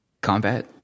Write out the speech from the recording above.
combat